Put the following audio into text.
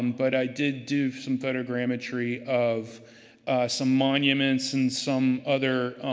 um but, i did do some photogrammetry of some monuments and some other